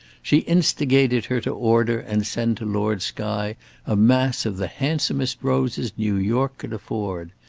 she instigated her to order and send to lord skye a mass of the handsomest roses new york could afford.